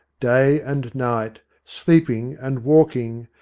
day and night, sleeping and walking,